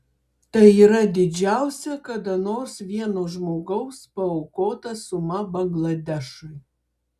tai yra didžiausia kada nors vieno žmogaus paaukota suma bangladešui